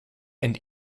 and